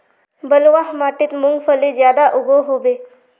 बलवाह माटित मूंगफली ज्यादा उगो होबे?